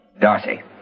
Darcy